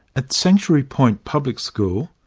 at sanctuary point public school,